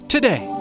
Today